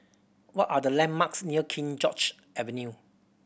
what are the landmarks near King George Avenue